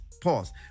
pause